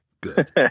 Good